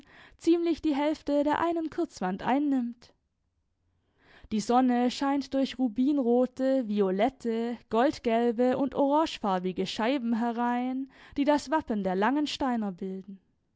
ziemlich die hälfte der einen kurzwand einnimmt die sonne scheint durch rubinrote violette goldgelbe und orangefarbige scheiben herein die das wappen der langensteiner bilden